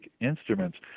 Instruments